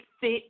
fit